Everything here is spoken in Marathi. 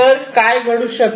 तर काय घडू शकते